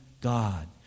God